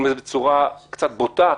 בצורה קצת בוטה: